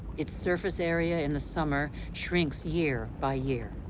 its surface area in the summer shrinks year by year.